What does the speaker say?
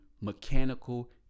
mechanical